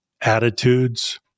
attitudes